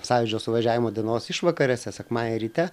sąjūdžio suvažiavimo dienos išvakarėse sekmadienį ryte